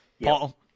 paul